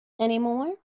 anymore